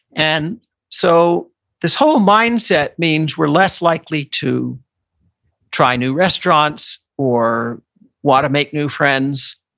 and so this whole mindset means we're less likely to try new restaurants, or want to make new friends,